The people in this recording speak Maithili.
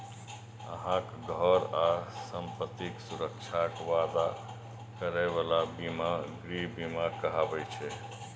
अहांक घर आ संपत्तिक सुरक्षाक वादा करै बला बीमा गृह बीमा कहाबै छै